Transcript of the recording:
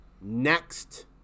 next